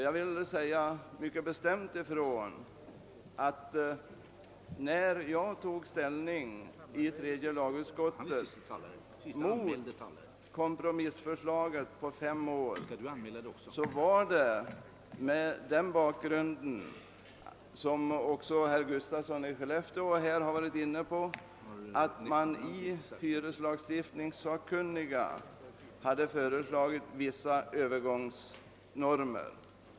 Jag vill mycket bestämt säga ifrån, att när jag i tredje lagutskottet tog ställning mot kompromissförslaget om en övergångstid på fem år så var det mot den bakgrunden — detta har också herr Gustafsson i Skellefteå varit inne på att hyreslagstiftningssakkunniga hade föreslagit vissa övergångsnormer.